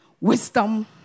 Wisdom